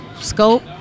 Scope